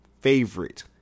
favorite